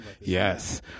Yes